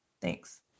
Thanks